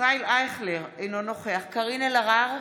ישראל אייכלר, אינו נוכח קארין אלהרר,